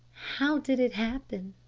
how did it happen?